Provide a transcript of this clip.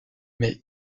mais